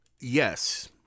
Yes